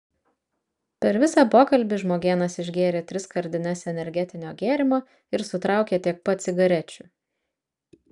per visą pokalbį žmogėnas išgėrė tris skardines energetinio gėrimo ir sutraukė tiek pat cigarečių